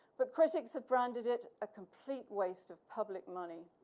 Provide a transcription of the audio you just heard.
but critics have branded it a complete waste of public money.